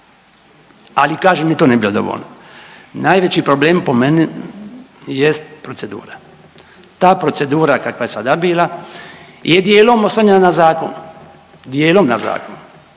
Ali kažem, ni to nije bilo dovoljno. Najveći problem po meni jest procedura. Ta procedura kakva je sada bila je dijelom oslonjena na zakon, dijelom na zakon,